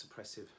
suppressive